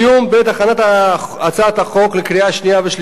בעת הכנת הצעת החוק לקריאה שנייה ושלישית,